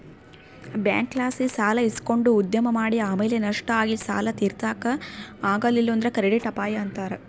ಬ್ಯಾಂಕ್ಲಾಸಿ ಸಾಲ ಇಸಕಂಡು ಉದ್ಯಮ ಮಾಡಿ ಆಮೇಲೆ ನಷ್ಟ ಆಗಿ ಸಾಲ ತೀರ್ಸಾಕ ಆಗಲಿಲ್ಲುದ್ರ ಕ್ರೆಡಿಟ್ ಅಪಾಯ ಅಂತಾರ